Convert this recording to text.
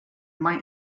might